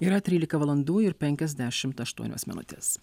yra trylika valandų ir penkiasdešimt aštuonios minutės